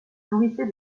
nourrissait